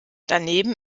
daneben